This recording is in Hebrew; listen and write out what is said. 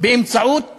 באמצעות